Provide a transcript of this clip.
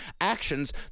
actions